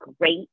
great